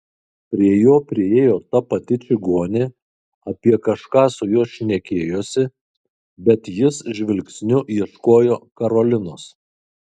prie jo priėjo ta pati čigonė apie kažką su juo šnekėjosi bet jis žvilgsniu ieškojo karolinos